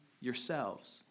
yourselves